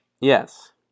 Yes